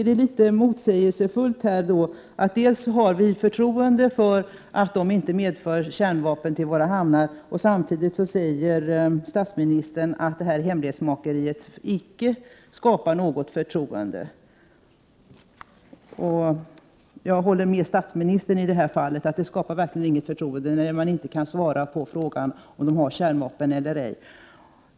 Det är litet motsägelsefullt att vi å ena sidan säger att vi har förtroende för att fartygen inte medför kärnvapen till våra hamnar och att statsministern å andra sidan säger att detta hemlighetsmakeri icke skapar något förtroende. Jag håller med statsministern om att det verkligen inte skapar något förtroende, när man inte kan svara på frågan om fartygen har kärnvapen eller inte.